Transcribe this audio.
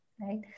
right